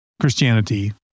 Christianity